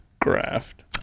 graft